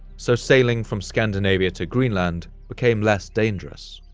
so sailing from scandinavia to greenland became less dangerous.